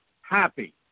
happy